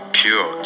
pure